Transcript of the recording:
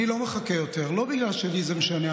אני לא מחכה יותר, לא בגלל שלי זה משנה.